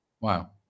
Wow